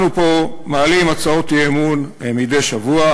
אנחנו פה מעלים הצעות אי-אמון מדי שבוע,